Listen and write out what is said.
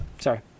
Sorry